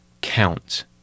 count